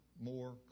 more